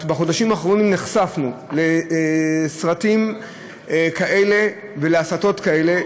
בחודשים האחרונים נחשפנו לסרטים כאלה ולהסתות כאלה,